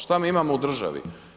Šta mi imamo u državi?